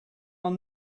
are